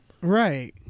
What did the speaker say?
Right